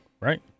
right